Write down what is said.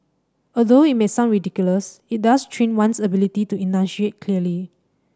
although it may sound ridiculous it does train one's ability to enunciate clearly